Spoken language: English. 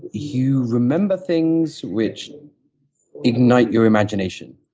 you remember things which ignite your imagination.